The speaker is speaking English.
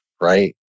right